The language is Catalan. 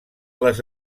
les